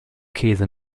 käse